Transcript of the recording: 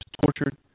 tortured